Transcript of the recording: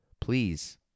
please